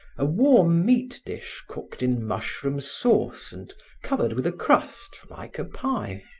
a warm meat dish cooked in mushroom sauce and covered with a crust, like a pie.